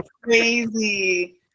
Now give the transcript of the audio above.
crazy